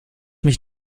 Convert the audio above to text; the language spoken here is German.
mich